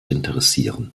interessieren